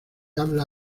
habla